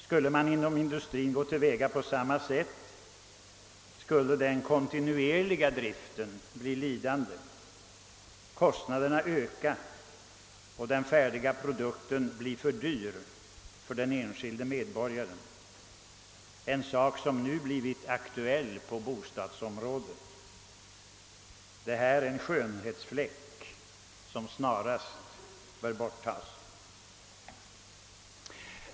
Skulle man inom industrin gå till väga på samma sätt som inom bostadsproduktionen skulle den kontinuerliga driften bli lidande, kostnaderna öka och den färdiga produkten bli för dyr för den enskilde medborgaren, en sak som nu är aktuell på bostadsområdet. Detta är en skönhetsfläck som snarast bör borttagas.